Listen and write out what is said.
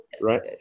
Right